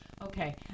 Okay